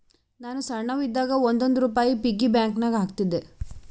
ನಾನು ಸಣ್ಣವ್ ಇದ್ದಾಗ್ ಒಂದ್ ಒಂದ್ ರುಪಾಯಿ ಪಿಗ್ಗಿ ಬ್ಯಾಂಕನಾಗ್ ಹಾಕ್ತಿದ್ದೆ